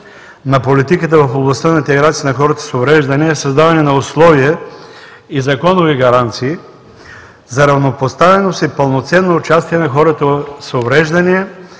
на политиката в областта на интеграцията на хората с увреждания е създаване на условия и законови гаранции за равнопоставеност и пълноценно участие на хората с увреждания